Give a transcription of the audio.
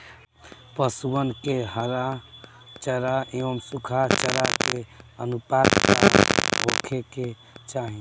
पशुअन के हरा चरा एंव सुखा चारा के अनुपात का होखे के चाही?